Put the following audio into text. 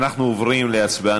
אנחנו עוברים להצבעה.